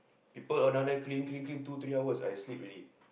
people all down there clean clean clean two three hours I sleep already